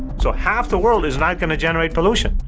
so half the world is not going to generate pollution.